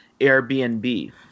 Airbnb